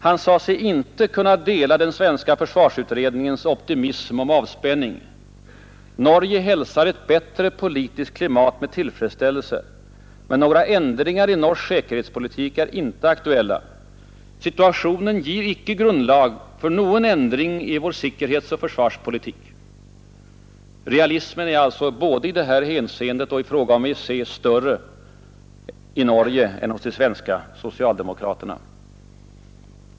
Han sade sig inte kunna dela den svenska försvarsutredningens optimism om avspänning. Norge hälsar ett bättre politiskt klimat med tillfredsställelse, men några ändringar i norsk säkerhetspolitik är inte aktuella: ”Situasjonen gir ikke grunnlag for noen endring i vår sikkerhetsog forsvarspolitikk.” Realismen är alltså både i det här hänseendet och i fråga om EEC större i Norge än hos de svenska socialdemokraterna.